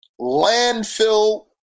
landfill